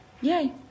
yay